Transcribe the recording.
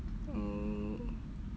oh